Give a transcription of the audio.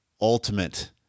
ultimate